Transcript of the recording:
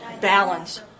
balance